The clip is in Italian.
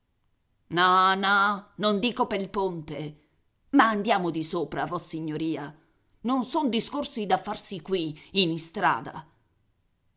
no no non dico pel ponte ma andiamo di sopra vossignoria non son discorsi da farsi qui in istrada